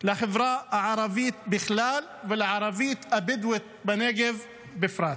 לחברה הערבית בכלל ולערבית הבדואית בנגב בפרט.